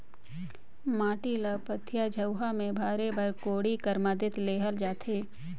माटी ल पथिया, झउहा मे भरे बर कोड़ी कर मदेत लेहल जाथे